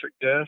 death